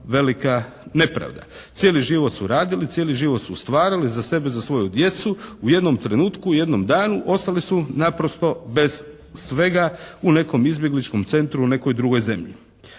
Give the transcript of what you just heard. velika nepravda. Cijeli život su radili, cijeli život su stvarali za sebe, za svoju djecu, u jednom trenutku, u jednom danu ostali su naprosto bez svega u nekom izbjegličkom centru, u nekoj drugoj zemlji.